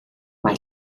mai